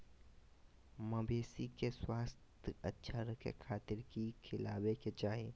मवेसी के स्वास्थ्य अच्छा रखे खातिर की खिलावे के चाही?